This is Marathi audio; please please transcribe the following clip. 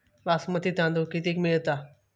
बासमती तांदूळ कितीक मिळता?